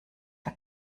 der